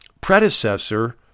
predecessor